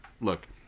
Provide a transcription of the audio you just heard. look